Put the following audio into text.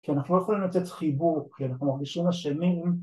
כי אנחנו לא יכולים לתת חיבוק, כי אנחנו מרגישים אשמים